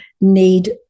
need